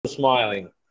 smiling